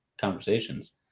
conversations